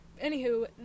anywho